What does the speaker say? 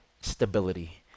stability